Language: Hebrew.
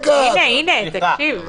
אז רגע, הנה, הוא משיב.